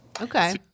Okay